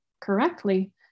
correctly